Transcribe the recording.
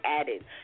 added